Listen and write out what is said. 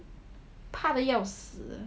怕得要死